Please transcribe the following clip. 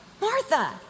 martha